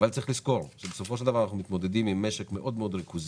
רק צריך לזכור שאנחנו מתמודדים עם משק מאוד מאוד ריכוזי,